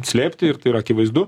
slėpti ir tai yra akivaizdu